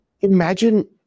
imagine